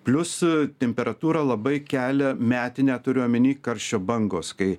plius temperatūrą labai kelia metinę turiu omeny karščio bangos kai